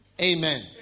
Amen